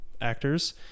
actors